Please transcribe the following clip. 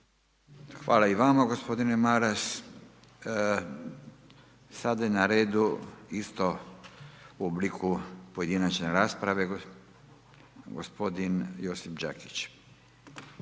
Hvala i vama. Sada je na redu isto u obliku pojedinačne rasprave gospodin Josip Đakić.